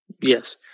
Yes